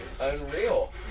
unreal